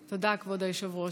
תודה, כבוד היושב-ראש.